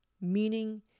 meaning